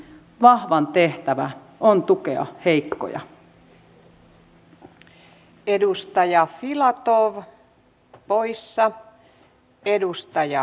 vahvan tehtävä on tukea heikkoja